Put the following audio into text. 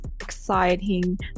exciting